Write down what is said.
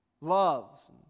loves